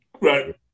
Right